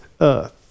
earth